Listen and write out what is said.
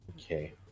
Okay